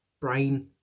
brain